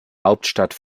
hauptstadt